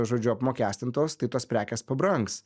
žodžiu apmokestintos tai tos prekės pabrangs